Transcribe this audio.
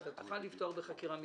תוכל לפתוח בחקירה מייד?